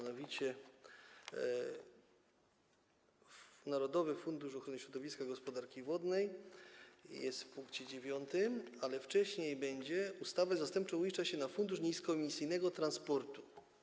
Narodowy Fundusz Ochrony Środowiska i Gospodarki Wodnej jest w pkt 9, ale wcześniej jest: opłatę zastępczą uiszcza się na Fundusz Niskoemisyjnego Transportu.